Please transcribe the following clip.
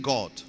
God